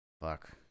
fuck